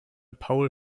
paul